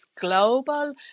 global